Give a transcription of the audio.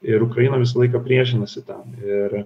ir ukraina visą laiką priešinasi tam ir